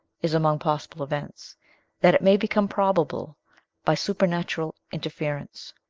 is among possible events that it may become probable by supernatural interference!